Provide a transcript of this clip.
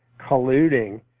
colluding